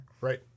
Right